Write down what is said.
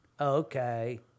okay